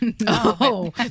No